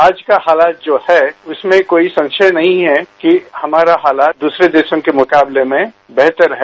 आज का हालात जो है उसमें कोई संशय नहीं है कि हमारा हालात दूसरे देशों के मुकाबले में बेहतर है